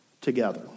together